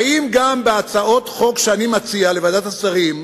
האם גם בהצעות חוק שאני מציע לוועדת השרים,